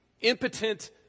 impotent